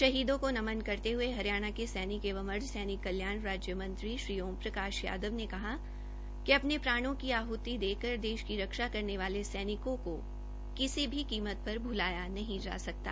शहीदों का नमन करते हुये हरियाणा के सैनिक एवं अर्धसैनिक कल्याण राज्य मंत्री श्री ओमप्रकाश यादव ने कहा कि अपने प्राणों की आहति देकर देश की रक्षा करने वाले सैनिकों को किसी भी कीमत पर भुलाया नहीं जा सकता